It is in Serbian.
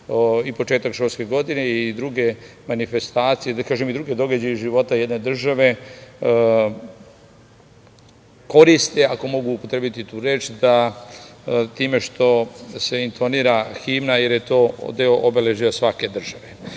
i početak školske godine i druge manifestacije, da kažem, i druge događaje iz života jedne države koriste, ako mogu upotrebiti tu reč da time što se intonira himna, jer je to deo obeležja svake države